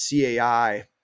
CAI